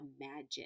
imagine